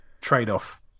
trade-off